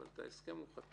אבל על ההסכם הוא חתם.